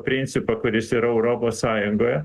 principą kuris yra europos sąjungoje